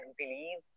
believe